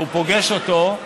הוא פוגש אותו,